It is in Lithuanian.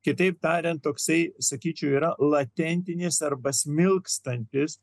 kitaip tariant toksai sakyčiau yra latentinės arba smilkstantis